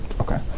Okay